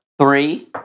Three